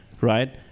right